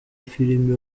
filime